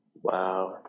Wow